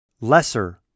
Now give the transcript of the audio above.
lesser